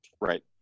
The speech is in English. right